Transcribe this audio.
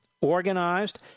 organized